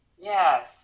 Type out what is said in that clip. Yes